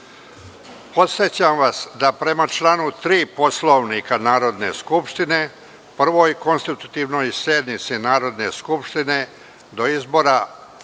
vas da, prema članu 3. Poslovnika Narodne skupštine, Prvoj (konstitutivnoj) sednici Narodne skupštine, do izbora